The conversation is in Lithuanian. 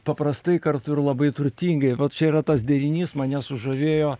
paprastai kartu ir labai turtingai vat čia yra tas derinys mane sužavėjo